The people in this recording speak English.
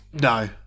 No